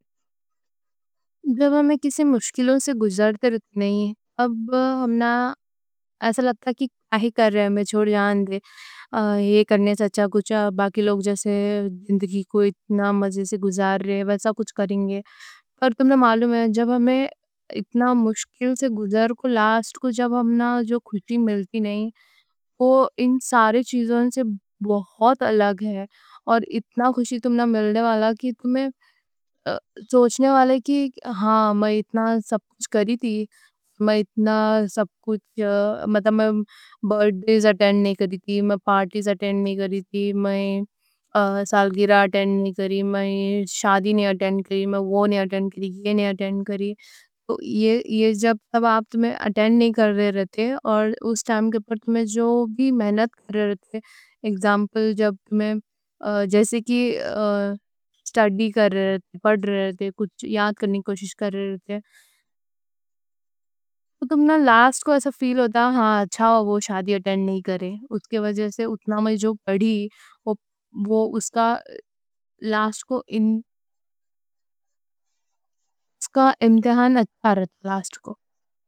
جب ہمیں کسی مشکلوں سے گزرتے رہتے نئیں ہیں، اب ہمنا ایسا لگتا کہ کائیں ہی کر رہے ہم، میں چھوڑ جان دے یہ کرنے سے اچھا کچھ ہے۔ باقی لوگ جیسے زندگی کو اتنا مزے سے گزار رہے ہیں، ویسا کچھ کریں گے، اور تمہیں معلوم ہے۔ جب ہمنا اتنا مشکل سے گزرتے، لاسٹ کو جب ہمنا جو خوشی ملتی نئیں ہے وہ ان سارے چیزوں سے بہت الگ ہے۔ اور اتنا خوشی تمہیں ملنے والا کہ تمہیں سوچنے والا کہ ہاں، میں اتنا سب کچھ کری تھی۔ مطلب، میں برڈیز اٹینڈ نئیں کری تھی، میں پارٹیز اٹینڈ نئیں کری تھی، میں سالگرہ اٹینڈ نئیں کری تھی۔ میں شادی نئیں اٹینڈ کری، میں وہاں نئیں اٹینڈ کری، یہاں نئیں اٹینڈ کری۔ میں اتنا نئیں اٹینڈ کری یہ۔ نئیں اٹینڈ کری تو یہ جب تک تمہیں اٹینڈ نئیں کر رہے تھے اور اس ٹائم پہ تمہیں جو بھی محنت کر رہے تھے، ایگزامپل جب تمہیں جیسے کہ سٹڈی کر رہے تھے، پڑھ رہے تھے، کچھ یاد کرنے کی کوشش کر رہے تھے، تو کچھ وقت بعد تمہیں ایسا فیل ہوتا: اچھا ہوا میں اٹینڈ نئیں کری، اس کے وجہ سے میں جو پڑھی وہ اس کا لاسٹ کو اس کا امتحان اچھا رہتا، لاسٹ کو۔